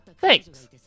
Thanks